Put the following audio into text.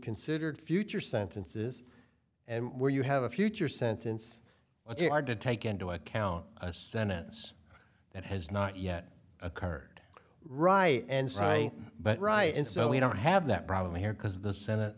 considered future sentences and where you have a future sentence what you are to take into account a senate that has not yet occurred right and so i but right and so we don't have that problem here because the senate